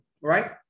right